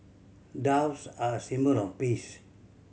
doves are a symbol of peace